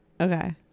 Okay